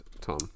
Tom